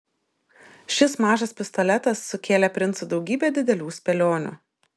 šis mažas pistoletas sukėlė princui daugybę didelių spėlionių